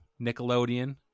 Nickelodeon